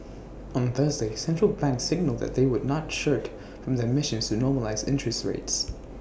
on Thursday central banks signalled that they would not shirk from their missions to normalise interest rates